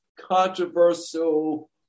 controversial